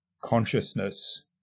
consciousness